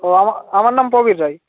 ও আমা আমার নাম প্রবীর রায়